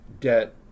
debt